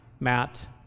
Matt